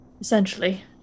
Essentially